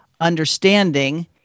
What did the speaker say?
understanding